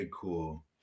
cool